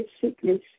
sickness